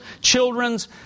children's